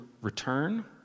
return